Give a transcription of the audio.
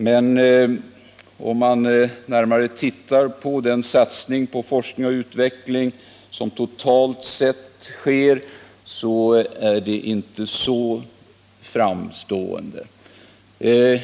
Men om man närmare tittar på den satsning på forskning och utveckling som totalt sett sker finner man att den inte är så framstående.